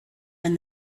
and